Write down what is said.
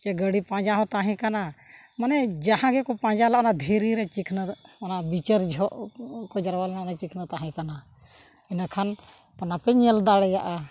ᱜᱟᱹᱰᱤ ᱯᱟᱸᱡᱟ ᱦᱚᱸ ᱛᱟᱦᱮᱸ ᱠᱟᱱᱟ ᱢᱟᱱᱮ ᱡᱟᱦᱟᱸ ᱜᱮᱠᱚ ᱯᱟᱸᱡᱟ ᱞᱮᱫᱟ ᱚᱱᱟ ᱫᱷᱤᱨᱤ ᱨᱮ ᱪᱤᱱᱦᱟᱹ ᱚᱱᱟ ᱵᱤᱪᱟᱹᱨ ᱡᱷᱚᱜ ᱠᱚ ᱡᱟᱨᱣᱟ ᱞᱮᱱᱟ ᱚᱱᱟ ᱪᱤᱱᱦᱟᱹ ᱛᱟᱦᱮᱸ ᱠᱟᱱᱟ ᱤᱱᱟᱹᱠᱷᱟᱱ ᱚᱱᱟᱯᱮ ᱧᱮᱞ ᱫᱟᱲᱮᱭᱟᱜᱼᱟ